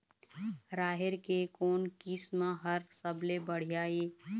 राहेर के कोन किस्म हर सबले बढ़िया ये?